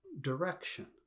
direction